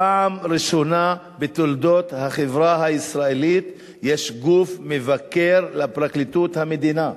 שפעם ראשונה בתולדות החברה הישראלית יש גוף מבקר לפרקליטות המדינה,